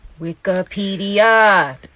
Wikipedia